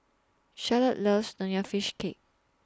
Charlotte loves Nonya Fish Cake